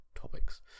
topics